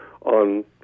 on